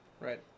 right